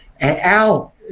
Al